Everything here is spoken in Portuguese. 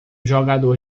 jogador